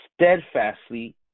steadfastly